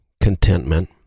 contentment